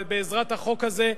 בעזרת החוק הזה,